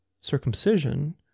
circumcision